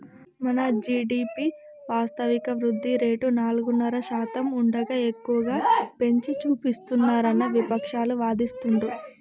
మన జీ.డి.పి వాస్తవిక వృద్ధి రేటు నాలుగున్నర శాతం ఉండగా ఎక్కువగా పెంచి చూపిస్తున్నారని విపక్షాలు వాదిస్తుండ్రు